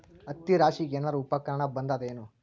ಹತ್ತಿ ರಾಶಿಗಿ ಏನಾರು ಉಪಕರಣ ಬಂದದ ಏನು?